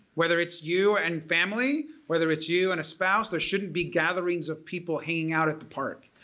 whether it's you and family, whether it's you and a spouse, there shouldn't be gatherings of people hanging out at the park.